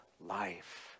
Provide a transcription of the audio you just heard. life